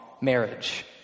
marriage